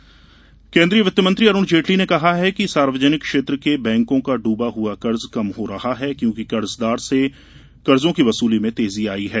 जेटली केन्द्रीय वित्तमंत्री अरुण जेटली ने कहा है कि सार्वजनिक क्षेत्र के बैंकों का डूबा हुआ कर्ज कम हो रहा है क्योंकि कर्जदार से कर्जों की वसूली में तेजी आई है